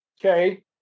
okay